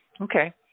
Okay